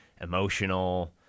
emotional